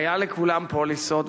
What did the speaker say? היו לכולם פוליסות,